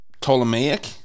ptolemaic